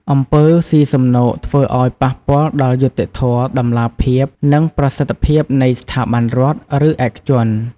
អំពើស៊ីសំណូកធ្វើឲ្យប៉ះពាល់ដល់យុត្តិធម៌ តម្លាភាព និងប្រសិទ្ធភាពនៃស្ថាប័នរដ្ឋ ឬឯកជន។